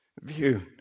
view